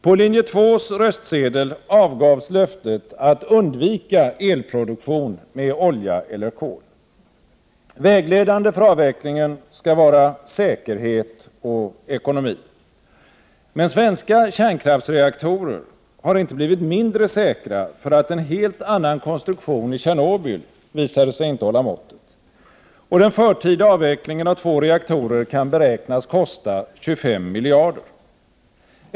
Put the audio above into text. På linje 2:s röstsedel avgavs löftet att undvika elproduktion med olja eller kol. Vägledande för avvecklingen skall vara säkerhet och ekonomi. Men svenska kärnkraftsreaktorer har inte blivit mindre säkra för att en helt annan konstruktion i Tjernobyl visade sig inte hålla måttet. Och den förtida avvecklingen av två reaktorer kan beräknas kosta 25 miljarder.